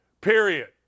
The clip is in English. Period